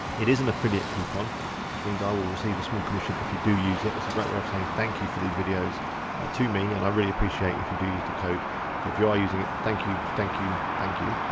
it is an affiliate coupon which means i will receive a small commission if you do use it. it's a great way of saying thank you for these videos to me and i really appreciate if you do use the code. so if you are using it thank you, thank you, thank you.